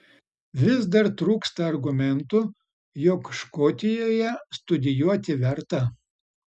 vis dar trūksta argumentų jog škotijoje studijuoti verta